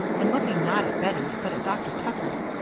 and looking not at bettie, but at dr. tucker.